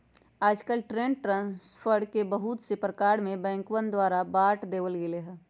आजकल fund transfer के बहुत से प्रकार में बैंकवन द्वारा बांट देवल गैले है